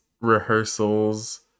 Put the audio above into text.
rehearsals